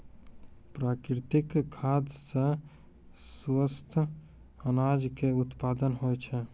प्राकृतिक खाद सॅ स्वस्थ अनाज के उत्पादन होय छै